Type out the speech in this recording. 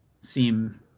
seem